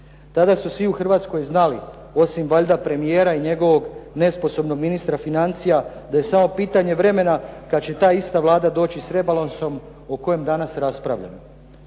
Tada su svi u Hrvatskoj znali, osim valjda premijera i njegovog nesposobnog ministra financija da je samo pitanje vremena kad će ta ista Vlada doći s rebalansom o kojem danas raspravljamo.